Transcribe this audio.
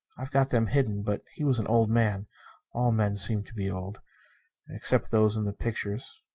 i've got them hidden. but he was an old man all men seem to be old except those in the pictures,